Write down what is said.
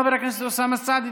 חבר הכנסת אוסאמה סעדי,